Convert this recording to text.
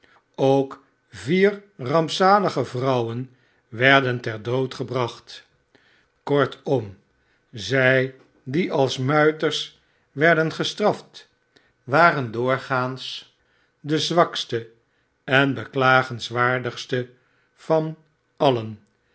ook vier rampzalige vrouwen werden ter dood gebracht kortom zij die als muiters werden gestraft waren doorgaans de zwakste en beklagenswaardigste van alien